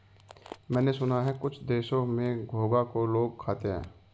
मैंने सुना है कुछ देशों में घोंघा को लोग खाते हैं